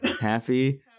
Happy